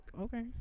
Okay